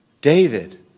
David